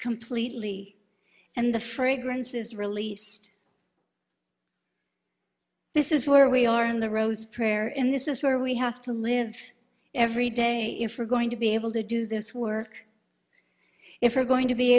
completely and the fragrance is released this is where we are in the rows prayer in this is where we have to live every day if we're going to be able to do this work if we're going to be